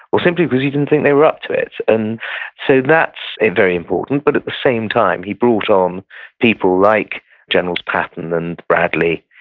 or simply because he didn't think they were up to it, and so that's very important. but at the same time, he brought on people like generals patton and bradley,